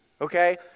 Okay